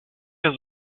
der